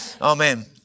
Amen